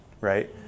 right